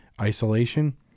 isolation